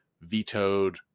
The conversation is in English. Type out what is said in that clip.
vetoed